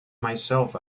myself